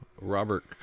Robert